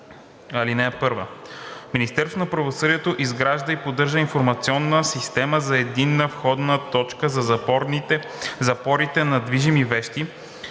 450б. (1) Министерството на правосъдието изгражда и поддържа информационна система за единна входна точка за запорите на движими вещи,